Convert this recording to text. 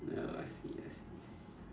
oh I see I see